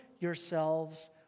yourselves